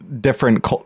different